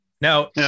now